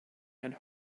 and